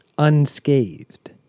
unscathed